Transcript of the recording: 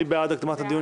מי בעד הקדמת הדיון?